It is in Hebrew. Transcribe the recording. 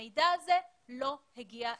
המידע הזה לא הגיע אליכם?